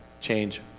change